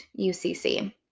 UCC